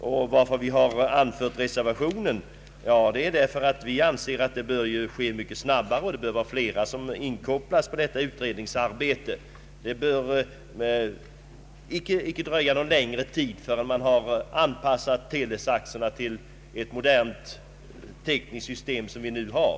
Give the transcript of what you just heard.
Orsaken till att vi anmält vår reservation är att vi anser att det bör ske mycket snabbare och att flera bör inkopplas på detta utredningsarbete. Det bör inte dröja någon längre tid innan man har anpassat teletaxorna till det moderna tekniska system som vi nu har.